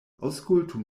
aŭskultu